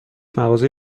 مغازه